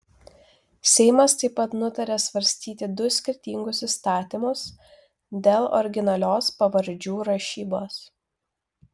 seimas taip pat nutarė svarstyti du skirtingus įstatymus dėl originalios pavardžių rašybos